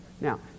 Now